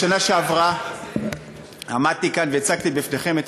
בשנה שעברה עמדתי כאן והצגתי בפניכם את